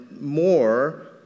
more